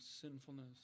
sinfulness